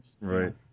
right